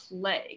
play